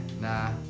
nah